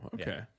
okay